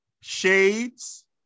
Shades